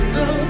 go